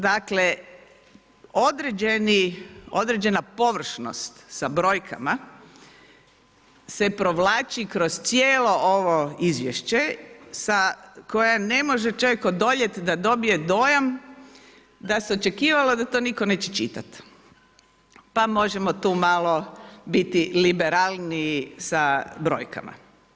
Dakle određena površnost sa brojkama se provlači kroz cijelo ovo izvješće kojem ne može čovjek odoljeti da dobije dojam da se očekivalo da to niko neće čitati, pa možemo tu malo biti liberalniji sa brojkama.